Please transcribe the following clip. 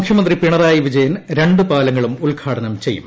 മുഖ്യമന്ത്രി പിണറായി വിജയൻ രണ്ടുപാലങ്ങളും ഉദ്ഘാടനം ചെയ്യും